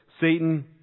Satan